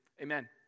amen